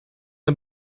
mir